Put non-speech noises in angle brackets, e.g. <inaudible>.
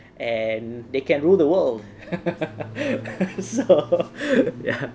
and they can rule the world <laughs> so ya